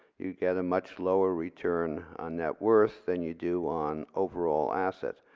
you get a much lower return on net worth than you do on overall assets.